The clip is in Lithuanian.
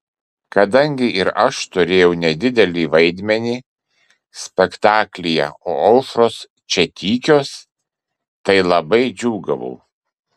kadangi ir aš turėjau nedidelį vaidmenį spektaklyje o aušros čia tykios tai labai džiūgavau